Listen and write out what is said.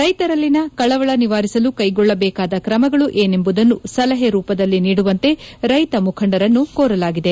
ರೈತರಲ್ಲಿನ ಕಳವಳ ನಿವಾರಿಸಲು ಕ್ವೆಗೊಳ್ಳಬೇಕಾದ ಕ್ರಮಗಳು ಏನೆಂಬುದನ್ನು ಸಲಹೆ ರೂಪದಲ್ಲಿ ನೀಡುವಂತೆ ರೈತ ಮುಖಂಡರನ್ನು ಕೋರಲಾಗಿದೆ